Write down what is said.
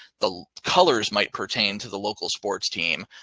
the colors might pertain to the local sports team,